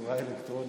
בצורה האלקטרונית,